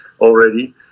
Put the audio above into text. Already